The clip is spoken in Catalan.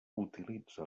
utilitza